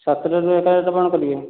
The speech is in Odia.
ସାତଟାରୁ ଆପଣ କ'ଣ କରିବେ